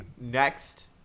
Next